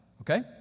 okay